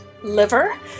liver